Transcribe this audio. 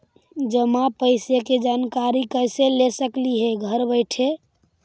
जमा पैसे के जानकारी कैसे ले सकली हे घर बैठे?